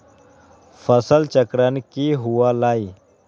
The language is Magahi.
फसल चक्रण की हुआ लाई?